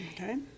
Okay